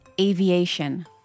aviation